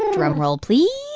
and drum roll, please